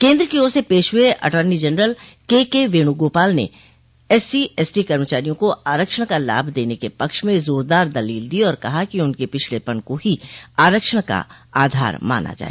केन्द्र की ओर से पेश हुए अटॉर्नी जनरल केके वेणुगोपाल ने एससी एसटी कर्मचारियों को आरक्षण का लाभ देने के पक्ष में जोरदार दलील दी और कहा कि उनक पिछड़ेपन को ही आरक्षण का आधार माना जाए